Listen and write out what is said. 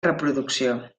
reproducció